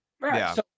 Right